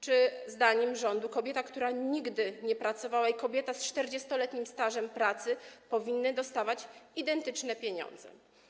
Czy zdaniem rządu kobieta, która nigdy nie pracowała, i kobieta z 40-letnim stażem pracy powinny dostawać identyczne pieniądze?